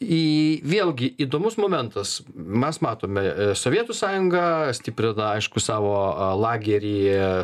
į vėlgi įdomus momentas mes matome sovietų sąjunga stiprina aišku savo lageryje